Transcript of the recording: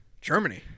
germany